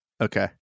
Okay